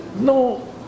no